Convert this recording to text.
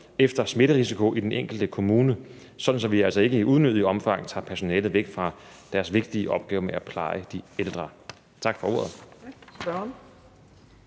efter smitterisiko i den enkelte kommune, sådan at vi ikke i unødigt omfang tager personalet væk fra deres vigtige opgave med at pleje de ældre. Tak for ordet.